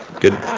good